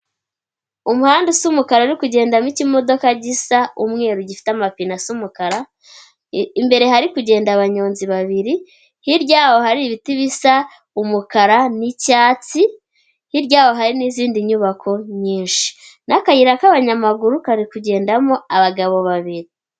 Umuhanda usa umukara uri kugendamo ikimodoka gisa umweru gifite amapine asa umukara, imbere hari kugenda abanyonzi babiri, hirya y’abo hari ibiti bisa umukara n'icyatsi, hirya y’aho hari n'izindi nyubako nyinshi n'akayira k'abanyamaguru kari kugendamo abagabo babiri.